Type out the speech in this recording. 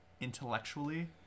intellectually